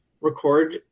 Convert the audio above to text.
record